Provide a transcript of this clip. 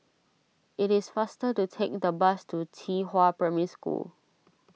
it is faster to take the bus to Qihua Primary School